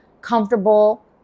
comfortable